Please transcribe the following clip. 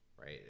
right